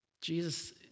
Jesus